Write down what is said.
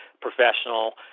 professional